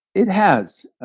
it has.